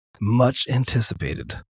much-anticipated